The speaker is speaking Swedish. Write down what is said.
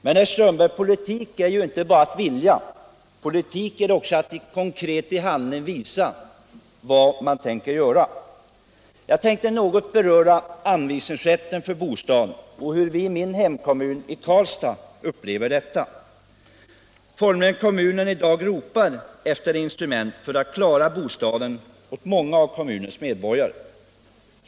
Men, herr Strömberg, politik är ju inte bara att vilja. Politik är också att i konkret handling visa vad man tänker göra. Jag tänkte något beröra anvisningsrätten för bostäder och hur vi i min hemkommun, i Karlstad, upplever läget i det avseendet. Situationen är sådan att kommunen i dag formligen ropar efter instrument för att klara bostaden åt vissa av kommunens invånare.